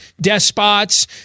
despots